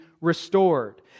restored